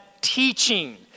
teaching